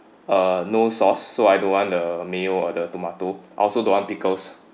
uh no sauce so I don't want the mayo or the tomato I also don't want pickles